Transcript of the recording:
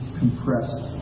compressed